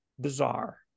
bizarre